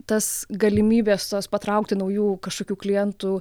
tas galimybės patraukti naujų kažkokių klientų